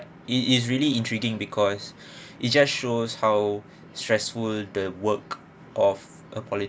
it is really intriguing because it just shows how stressful the work of a